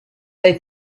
they